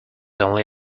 only